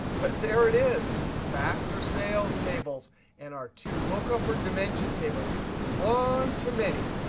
but there it is factor sales tables and our two lookup, or dimension, tables. one too many.